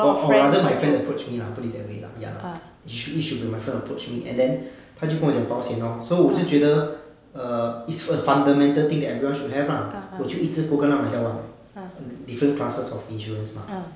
我我 rather my friend approach me lah put it that way lah ya it sho~ it should be my friend approach me and then 他就跟我讲保险 lor so 我就觉得 err is a fundamental thing that everyone should have uh 我就一次过跟他买到完 different classes of insurance mah